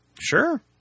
Sure